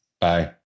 Bye